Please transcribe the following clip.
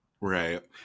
right